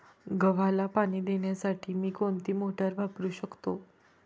गव्हाला पाणी देण्यासाठी मी कोणती मोटार वापरू शकतो?